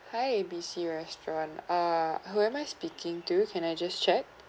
hi A B C restaurant ah who am I speaking to can I just check